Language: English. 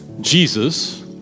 Jesus